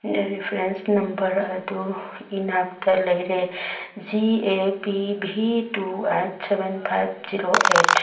reference number ꯑꯗꯨ ꯏꯅꯥꯛꯇ ꯂꯩꯔꯦ G A P V two eight seven five zero eight